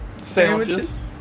sandwiches